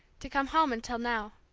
to come home until now.